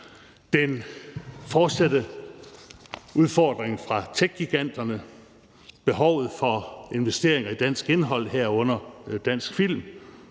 Den fortsatte udfordring fra techgiganterne, behovet for investeringer i dansk indhold, herunder dansk film,